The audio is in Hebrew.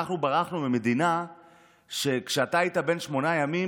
אנחנו ברחנו ממדינה שכשאתה היית בן שמונה ימים,